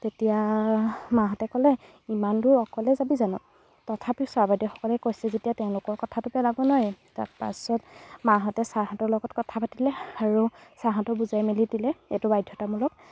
তেতিয়া মাহঁতে ক'লে ইমান দূৰ অকলে যাবি জানো তথাপি ছাৰ বাইদেউসকলে কৈছে যেতিয়া তেওঁলোকৰ কথাটো পেলাব নোৱাৰিম তাৰপাছত মাহঁতে ছাৰহঁতৰ লগত কথা পাতিলে আৰু ছাৰহঁতেও বুজাই মেলি দিলে এইটো বাধ্যতামূলক